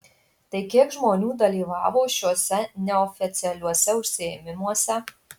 tai kiek žmonių dalyvavo šiuose neoficialiuose užsiėmimuose